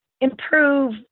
improve